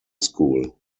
school